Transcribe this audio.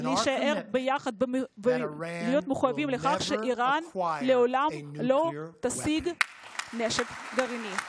להישאר תמיד נחושים בהתחייבות שלנו שאיראן לעולם לא תשיג נשק גרעיני.